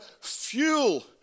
fuel